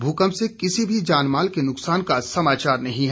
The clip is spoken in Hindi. भूकंप से किसी भी जान माल के नुकसान का समाचार नहीं है